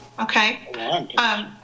Okay